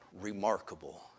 remarkable